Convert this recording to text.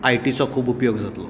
I T चो खूब उपयोग जातलो